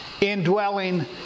indwelling